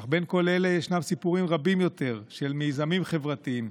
אך בין כל אלה ישנם סיפורים רבים יותר של מיזמים חברתיים,